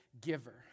giver